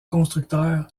constructeur